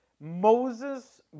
Moses